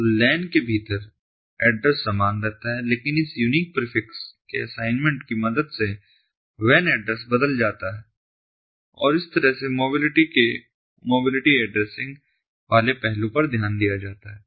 तो LAN के भीतर एड्रेस समान रहता है लेकिन इस यूनीक प्रीफिक्स के असाइनमेंट की मदद से वैन एड्रेसबदल जाता है और इस तरह से मोबिलिटी के मोबिलिटी एड्रेसिंग वाले पहलू पर ध्यान दिया जाता है